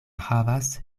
havas